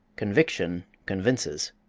conviction convinces.